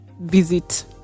visit